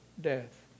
death